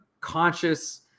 conscious